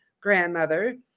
grandmother